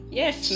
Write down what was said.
yes